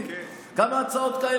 הערת ביניים, כן, הרצאות,